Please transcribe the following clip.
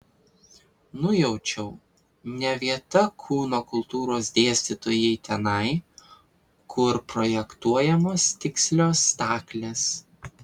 nujaučiau ne vieta kūno kultūros dėstytojai tenai kur projektuojamos tikslios staklės